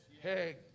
Hey